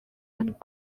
and